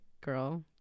girl